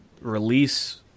release